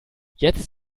jetzt